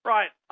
Right